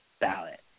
ballot